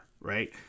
right